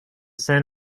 san